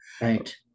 Right